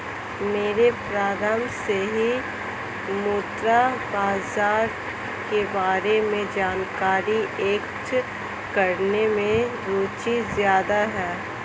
मेरी प्रारम्भ से ही मुद्रा बाजार के बारे में जानकारी एकत्र करने में रुचि ज्यादा है